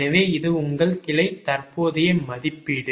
எனவே இது உங்கள் கிளை தற்போதைய மதிப்பீடு